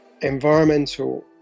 environmental